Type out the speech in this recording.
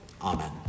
Amen